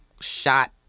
shot